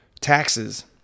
Taxes